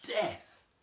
death